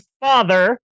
father